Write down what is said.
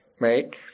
right